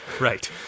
right